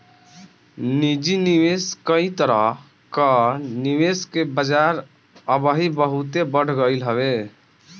निजी निवेश कई तरह कअ निवेश के बाजार अबही बहुते बढ़ गईल हवे